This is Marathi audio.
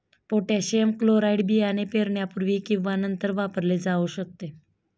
पोटॅशियम क्लोराईड बियाणे पेरण्यापूर्वी किंवा नंतर वापरले जाऊ शकते